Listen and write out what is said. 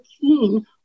keen